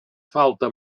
falta